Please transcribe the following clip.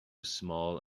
small